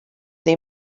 they